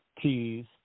keys